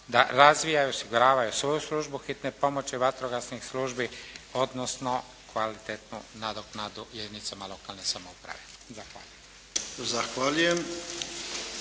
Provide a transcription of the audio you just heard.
da razvijaju i osiguravaju svoju službu hitne pomoći, vatrogasnih službi, odnosno kvalitetnu nadoknadu jedinicama lokalne samouprave. Zahvaljujem.